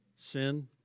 Sin